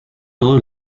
todo